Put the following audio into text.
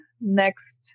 next